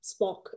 spock